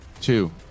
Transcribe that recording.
two